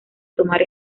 tomar